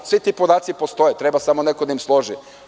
Svi ti podaci postoje, treba samo neko da im složi.